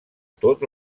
tot